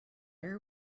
are